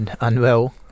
unwell